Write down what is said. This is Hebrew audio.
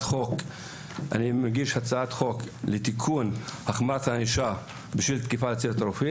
חוק לתיקון החמרת הענישה בשל תקיפת צוות רפואי.